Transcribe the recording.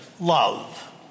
love